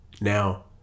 Now